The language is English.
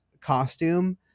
costume